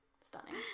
Stunning